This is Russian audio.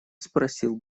спросил